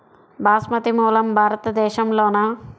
బాస్మతి మూలం భారతదేశంలోనా?